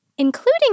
Including